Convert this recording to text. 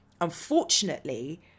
unfortunately